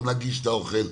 גם להגיש את האוכל,